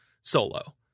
solo